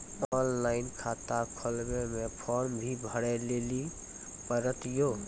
Online खाता खोलवे मे फोर्म भी भरे लेली पड़त यो?